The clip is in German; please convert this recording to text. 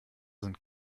sind